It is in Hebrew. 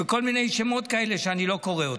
בכל מיני שמות כאלה שאני לא קורא,